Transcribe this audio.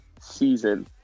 season